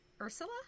Ursula